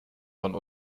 von